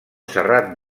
serrat